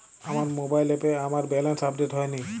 আমার মোবাইল অ্যাপে আমার ব্যালেন্স আপডেট হয়নি